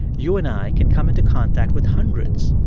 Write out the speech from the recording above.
you and i can come into contact with hundreds,